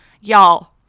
Y'all